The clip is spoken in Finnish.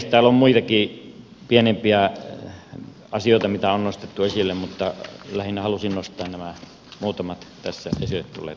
täällä on muitakin pienempiä asioita mitä on nostettu esille mutta lähinnä halusin nostaa nämä muutamat tässä esille tulleet asiat